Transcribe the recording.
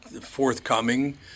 forthcoming